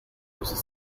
los